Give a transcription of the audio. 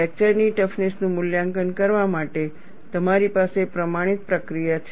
fracture ની toughness નું મૂલ્યાંકન કરવા માટે તમારી પાસે પ્રમાણિત પ્રક્રિયા છે